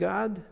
God